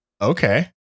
Okay